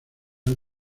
han